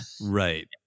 Right